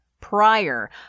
prior